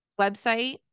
Website